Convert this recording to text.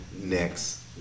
next